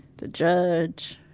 the judge